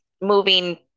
moving